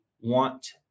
want